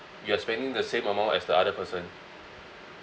you are spending the same amount as the other person